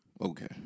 Okay